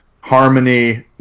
harmony